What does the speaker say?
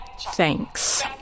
thanks